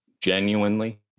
Genuinely